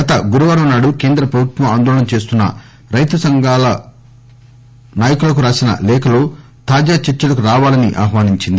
గత గురువారం నాడు కేంద్రప్రభుత్వం ఆందోళన చేస్తున్న రైతు సంఘాలకు రాసిన లేఖలో తాజా చర్చలకు రావాలని ఆహ్వానించింది